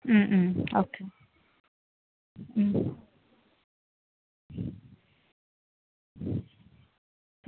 മ് hmm okay മ്